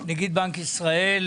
נגיד בנק ישראל,